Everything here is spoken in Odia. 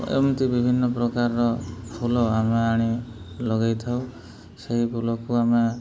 ଏମିତି ବିଭିନ୍ନ ପ୍ରକାରର ଫୁଲ ଆମେ ଆଣି ଲଗେଇଥାଉ ସେହି ଫୁଲକୁ ଆମେ